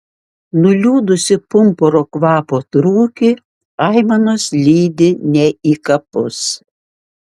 nuliūdusį pumpuro kvapo trūkį aimanos lydi ne į kapus